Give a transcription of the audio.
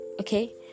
Okay